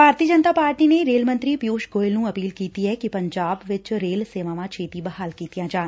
ਭਾਰਤੀ Janata Party ਨੇ rail ਮੰਤਰੀ ਪਿਊਸ਼ ਗੋਇਲ ਨੂੰ ਅਪੀਲ ਕੀਤੀ ਏ ਕਿ ਪੰਜਾਬ ਵਿਚ ਰੇਲ ਸੇਵਾਵਾਂ ਛੇਤੀ ਬਹਾਲ ਕੀਤੀਆਂ ਜਾਣ